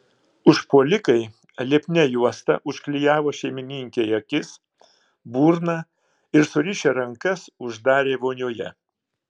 užpuolikai lipnia juosta užklijavo šeimininkei akis burną ir surišę rankas uždarė vonioje